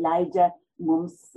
leidžia mums